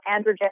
androgen